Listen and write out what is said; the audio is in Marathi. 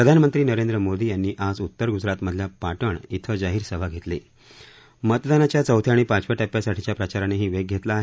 प्रधानमंत्री नरेंद्र मोदी यांनी आज उत्तर ग्जरात मधल्या पाटण इथं जाहीरसभा घेतली मतदानाच्या चौथ्या आणि पाचव्या टप्प्यासाठीच्या प्रचारानेही वेग घेतला आहे